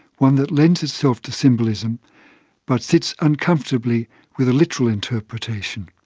one that lends itself to symbolism but sits uncomfortably with a literal interpretation.